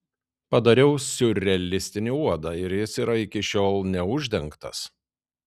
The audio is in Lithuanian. padariau siurrealistinį uodą ir jis yra iki šiol neuždengtas